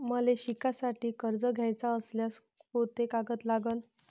मले शिकासाठी कर्ज घ्याचं असल्यास कोंते कागद लागन?